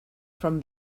from